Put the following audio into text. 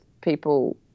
people